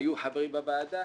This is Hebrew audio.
שהיו חברים בוועדה.